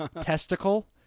testicle